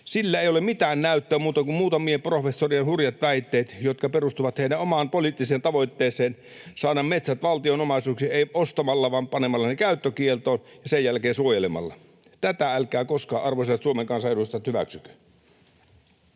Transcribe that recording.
Sille ei ole mitään muuta näyttöä kuin muutamien professorien hurjat väitteet, jotka perustuvat heidän omaan poliittiseen tavoitteeseensa saada metsät valtion omaisuudeksi, ei ostamalla vaan panemalla ne käyttökieltoon ja sen jälkeen suojelemalla. Tätä älkää koskaan, arvoisat Suomen kansan edustajat, hyväksykö.